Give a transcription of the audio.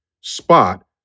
spot